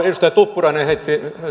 edustaja tuppurainen